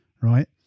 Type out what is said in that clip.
right